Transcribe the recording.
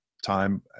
time